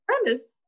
premise